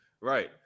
right